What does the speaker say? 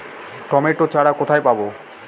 Tomato চারা কোথায় পাবো?